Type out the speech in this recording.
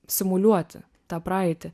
simuliuoti tą praeitį